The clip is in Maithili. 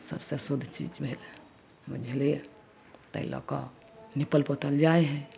सबसँ शुद्ध चीज भेलै बुझलिए ताहि लऽ कऽ निपल पोतल जाइ हइ